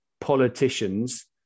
politicians